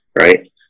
right